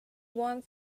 one